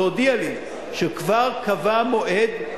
והודיע לי שהוא כבר קבע מועד,